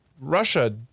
Russia